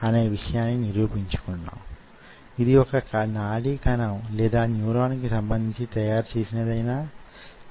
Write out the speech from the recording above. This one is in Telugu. ఈ విషయాన్ని పాఠ్య గ్రంధం లోని పద్ధతిలో చెప్పదలుచుకున్నాను